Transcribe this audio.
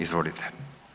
Izvolite.